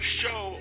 show